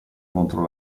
contro